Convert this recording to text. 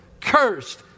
cursed